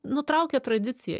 nutraukė tradiciją